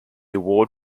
award